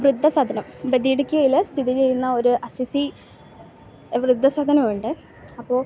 വൃദ്ധസദനം ബദിയട്ക്കയിൽ സ്ഥിതി ചെയ്യുന്ന ഒരു അസ്സിസി വൃദ്ധസദനമുണ്ട് അപ്പോൾ